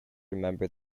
remember